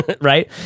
right